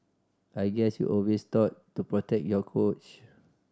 I guess you're always taught to protect your coach